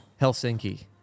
Helsinki